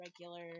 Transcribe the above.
regular